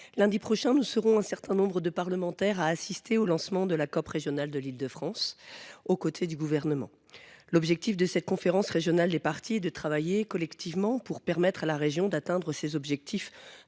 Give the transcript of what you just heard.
Lundi prochain, nous serons un certain nombre de parlementaires à assister au lancement de la COP Région Île de France, aux côtés du Gouvernement. L’objectif de cette conférence régionale des parties est de travailler collectivement pour permettre à la région d’atteindre ses objectifs